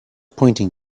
pointing